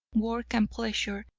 work and pleasure,